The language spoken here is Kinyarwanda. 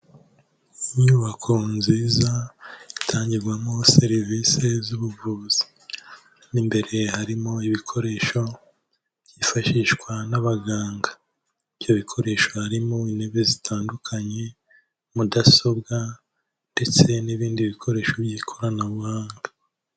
Inyubako nziza itangirwamo serivisi z'ubuvuzi, mo imbere harimo ibikoresho byifashishwa n'abaganga, ibyo bikoresho harimo intebe zitandukanye, mudasobwa ndetse n'ibindi bikoresho by'ikoranabuhanga.